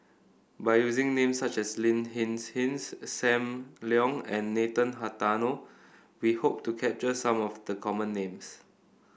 by using names such as Lin Hsin Hsin Sam Leong and Nathan Hartono we hope to capture some of the common names